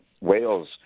Wales